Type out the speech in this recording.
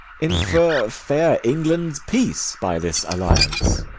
infer fair england's peace by this alliance.